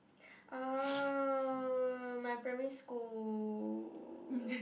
uh my primary school